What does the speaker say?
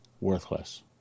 worthless